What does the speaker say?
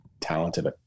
talented